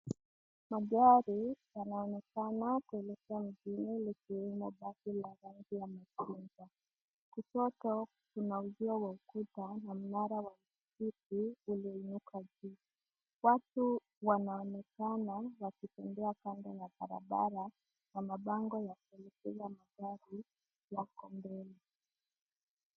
Magari yanaonekana kuelekea mjini likiwemo basi la rangi ya majungwa, kushoto kuna usio wa ukuta na mnara wa chuma ulioinuka juu. Watu wanaonekana wakitembea kando ya barabara na mabango ya kuelekeza magari yako mbele.